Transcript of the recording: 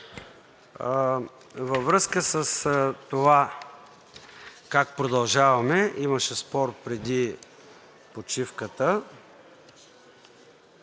Във връзка с това как продължаваме имаше спор преди почивката.